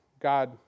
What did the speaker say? God